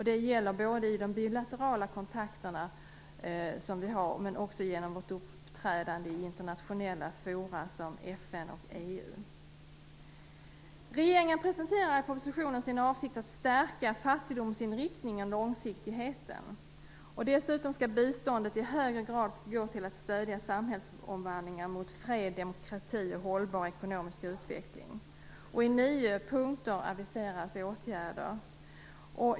Det gäller både i de bilaterala kontakter vi har och genom vårt uppträdande i internationella fora som FN och Regeringen presenterar i propositionen sin avsikt att stärka fattigdomsinriktningen och långsiktigheten. Dessutom skall biståndet i högre grad gå till att stödja samhällsomvandlingar mot fred, demokrati och hållbar ekonomisk utveckling. I nio punkter aviseras åtgärder.